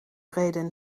reden